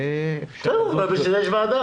זה --- בשביל זה יש ועדה.